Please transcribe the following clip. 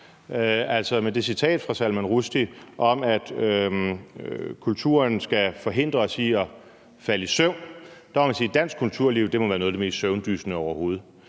Altså, med det citat fra Salman Rushdie om, at kulturen skal forhindre os i at falde i søvn, må man sige, at dansk kulturliv må være noget af det mest søvndyssende overhovedet,